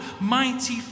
mighty